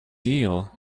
eel